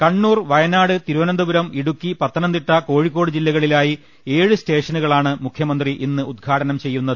Kannur Wayanad Thiruvananthapuram Idukki Pathanamthitta Kozhikode ജില്ലകളിലായി ഏഴ് സ്റ്റേഷനുകളാണ് മുഖ്യമന്ത്രി ഇന്ന് ഉദ്ഘാടനം ചെയ്യുന്നത്